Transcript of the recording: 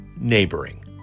neighboring